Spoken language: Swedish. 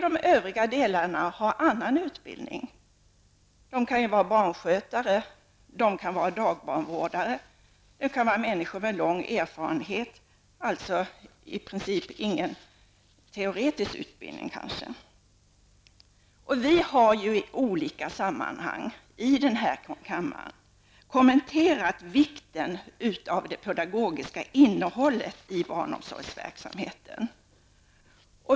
De övriga delägarna kan sedan vara barnskötare, dagbarnvårdare eller människor med lång erfarenhet, men kanske utan teoretisk utbildning. Vi har i olika sammanhang i den här kammaren betonat vikten av det pedagogiska innehållet i barnomsorgsverksamheten.